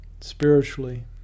spiritually